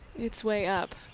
its way up.